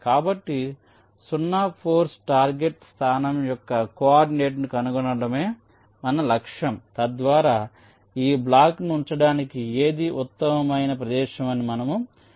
కాబట్టి 0 force target స్థానం యొక్క కోఆర్డినేట్ను కనుగొనడమే మన లక్ష్యం తద్వారా ఆ బ్లాక్ను ఉంచడానికి ఏది ఉత్తమమైన ప్రదేశం అని మనము నిర్ణయించగలము